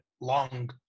long